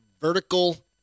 vertical